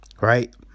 right